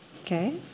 okay